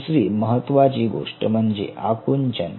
दुसरी महत्त्वाची गोष्ट म्हणजे आकुंचन